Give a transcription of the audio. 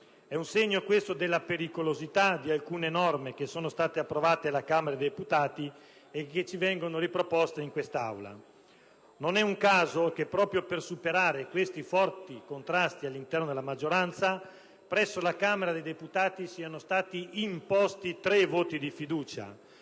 È un segno, questo, della pericolosità di alcune norme che sono state approvate alla Camera dei deputati e che ci vengono riproposte in quest'Aula. Non è un caso che, proprio per superare questi forti contrasti all'interno della maggioranza, presso la Camera dei deputati siano stati imposti - sottolineo: